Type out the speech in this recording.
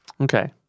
Okay